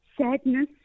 sadness